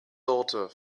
daughter